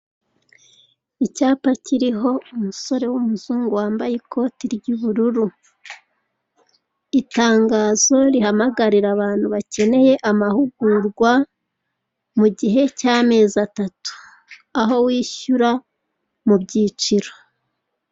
Icyapa kiriho umusore w'umuzungu wambaye ikoti ry'ubururu. Itangazo rihamagarira abantu bakeneye amahugurwa mu gihe cy'amezi atatu. Aho wishyura mu byiciro.